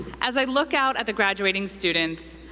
as i look out at the graduating students,